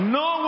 no